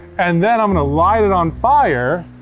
and then, i'm gonna light it on fire.